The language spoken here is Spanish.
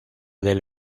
del